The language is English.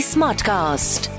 Smartcast